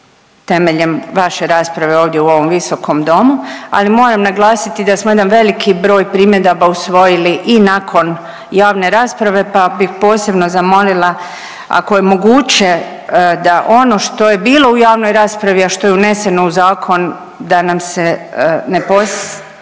temeljem vaše rasprave ovdje u ovom visokom Domu, ali moram naglasiti da smo jedan veliki broj primjedaba usvojili i nakon javne rasprave pa bih posebno zamolila ako je moguće, da ono što je bilo u javnoj raspravi, a što je uneseno u zakon, da nam se ne postavlja